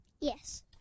Yes